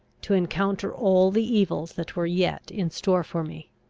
to encounter all the evils that were yet in store for me.